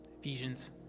Ephesians